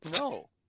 No